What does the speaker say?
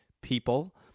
people